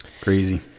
Crazy